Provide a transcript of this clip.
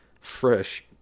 fresh